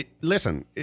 listen